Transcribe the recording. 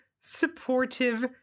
supportive